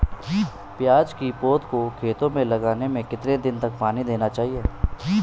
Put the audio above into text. प्याज़ की पौध को खेतों में लगाने में कितने दिन तक पानी देना चाहिए?